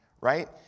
right